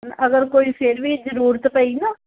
ਅਗਰ ਕੋਈ ਫਿਰ ਵੀ ਜ਼ਰੂਰਤ ਪਈ ਨਾ